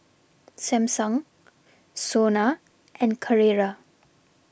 Samsung Sona and Carrera